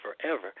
forever